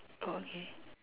oh okay